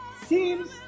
seems